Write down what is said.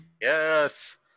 Yes